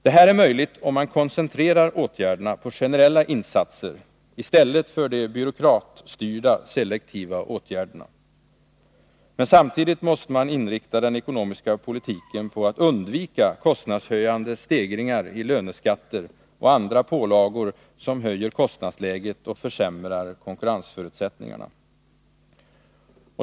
Detta är möjligt om man koncentrerar åtgärderna på generella insatser i stället för på byråkratstyrda selektiva åtgärder. Men samtidigt måste man inrikta den ekonomiska politiken på att undvika stegringar i löneskatter och andra pålagor som höjer kostnadsläget och försämrar konkurrensförutsättningarna.